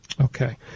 Okay